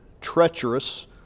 treacherous